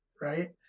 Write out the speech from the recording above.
right